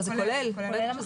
זה כולל.